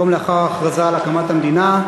היום לאחר ההכרזה על הקמת המדינה,